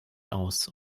aus